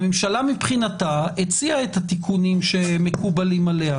הממשלה מבחינתה הציעה את התיקונים שמקובלים עליה,